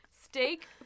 Steak